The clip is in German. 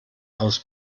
aus